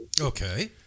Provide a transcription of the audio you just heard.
Okay